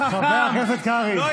חבר הכנסת קרעי, חבר הכנסת קרעי.